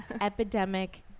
epidemic